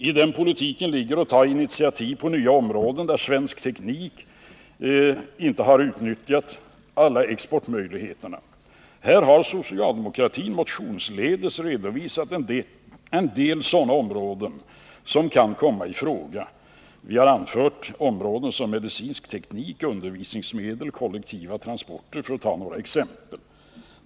I den politiken ligger att ta initiativ på nya områden, där svensk teknik inte har utnyttjat alla exportmöjligheter. Socialdemokratin har motionsledes redovisat en del sådana områden som kan komma i fråga — medicinsk teknik, undervisningsmedel, kollektiva transporter, för att ta några exempel.